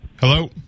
hello